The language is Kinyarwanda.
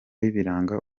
biranga